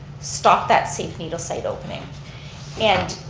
stopped that safe needle site opening and